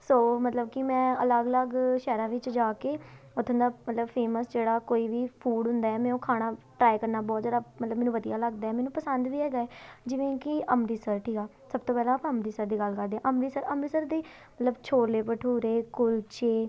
ਸੋ ਮਤਲਬ ਕਿ ਮੈਂ ਅਲੱਗ ਅਲੱਗ ਸ਼ਹਿਰਾਂ ਵਿੱਚ ਜਾ ਕੇ ਉੱਥੋਂ ਦਾ ਮਤਲਬ ਫੇਮਸ ਜਿਹੜਾ ਕੋਈ ਵੀ ਫੂਡ ਹੁੰਦਾ ਮੈਂ ਉਹ ਖਾਣਾ ਟਰਾਈ ਕਰਨਾ ਬਹੁਤ ਜ਼ਿਆਦਾ ਮਤਲਬ ਮੈਨੂੰ ਵਧੀਆ ਲੱਗਦਾ ਮੈਨੂੰ ਪਸੰਦ ਵੀ ਹੈਗਾ ਜਿਵੇਂ ਕਿ ਅੰਮ੍ਰਿਤਸਰ ਠੀਕ ਆ ਸਭ ਤੋਂ ਪਹਿਲਾਂ ਆਪਾਂ ਅੰਮ੍ਰਿਤਸਰ ਦੀ ਗੱਲ ਕਰਦੇ ਹਾਂ ਅੰਮ੍ਰਿਤਸਰ ਅੰਮ੍ਰਿਤਸਰ ਦੀ ਮਤਲਬ ਛੋਲੇ ਭਟੂਰੇ ਕੁਲਚੇ